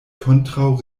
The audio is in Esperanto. kontraŭ